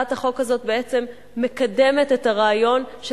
הצעת החוק הזאת בעצם מקדמת את הרעיון של